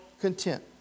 content